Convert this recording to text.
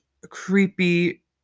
creepy